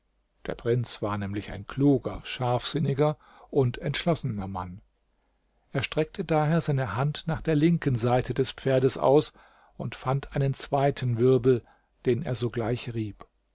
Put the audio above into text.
der prinz war nämlich ein kluger scharfsinniger und entschlossener mann er streckte daher seine hand nach der linken seite des pferdes aus und fand einen zweiten wirbel den er sogleich rieb